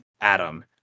Adam